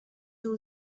two